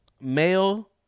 male